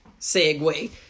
segue